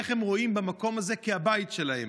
איך הן רואות במקום הזה כבית שלהן.